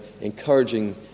encouraging